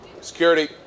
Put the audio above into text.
Security